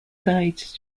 died